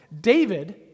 David